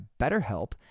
BetterHelp